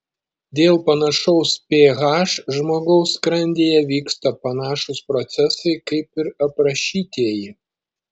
dėl panašaus ph žmogaus skrandyje vyksta panašūs procesai kaip ir aprašytieji